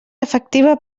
efectiva